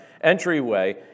entryway